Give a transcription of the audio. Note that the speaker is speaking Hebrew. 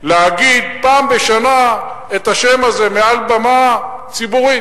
להגיד פעם בשנה את השם הזה מעל במה ציבורית.